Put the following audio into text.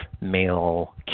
male